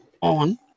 on